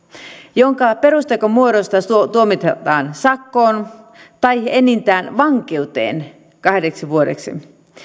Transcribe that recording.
jonka perustekomuodosta tuomitaan sakkoon tai enintään vankeuteen kahdeksi vuodeksi